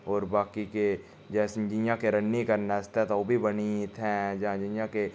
होर बाकी के जैसे जियां कि रानिंग करने आस्तै तां ओह् बी बनी दी इत्थैं जां जि'यां के